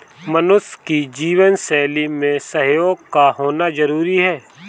मनुष्य की जीवन शैली में सहयोग का होना जरुरी है